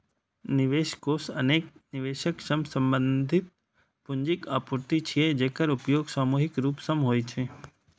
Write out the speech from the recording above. निवेश कोष अनेक निवेशक सं संबंधित पूंजीक आपूर्ति छियै, जेकर उपयोग सामूहिक रूप सं होइ छै